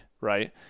right